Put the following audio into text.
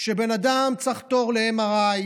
כשבן אדם צריך תור ל-MRI,